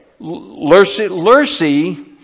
Lurcy